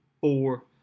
four